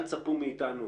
אל תצפו מאתנו